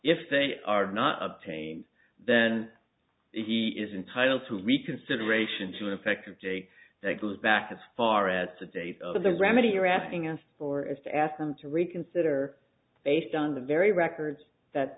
if they are not obtained then he is entitled to reconsideration to an effective date that goes back as far as the date of the remedy you're asking us for is to ask them to reconsider based on the very records that